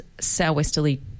southwesterly